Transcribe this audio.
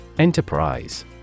Enterprise